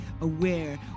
aware